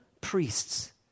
priests